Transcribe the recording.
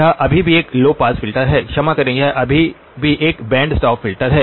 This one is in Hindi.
यह अभी भी एक लौ पास फिल्टर है क्षमा करें यह अभी भी एक बैंड स्टॉप फ़िल्टर है